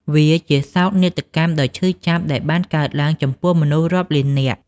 វាជាសោកនាដកម្មដ៏ឈឺចាប់ដែលបានកើតឡើងចំពោះមនុស្សរាប់លាននាក់។